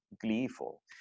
gleeful